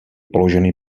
položeny